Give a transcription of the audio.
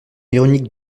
ironique